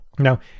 Now